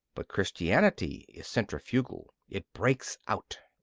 but christianity is centrifugal it breaks out.